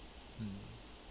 mm